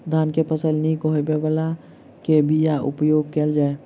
धान केँ फसल निक होब लेल केँ बीया उपयोग कैल जाय?